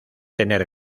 tener